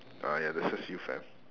oh ya that's just you fam